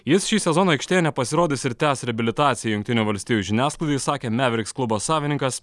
jis šį sezoną aikštėje nepasirodys ir tęs reabilitaciją jungtinių valstijų žiniasklaidai sakė maveriks klubo savininkas